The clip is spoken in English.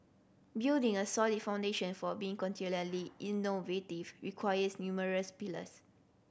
building a solid foundation for being continually innovative requires numerous pillars